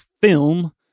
film